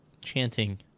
chanting